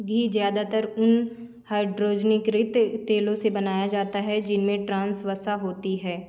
घी ज़्यादातर उन हाइड्रोजन रिक्त तेलों से बनाया जाता है जिनमें ट्रांस वसा होती है